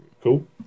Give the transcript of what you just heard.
Cool